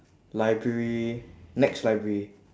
library nex library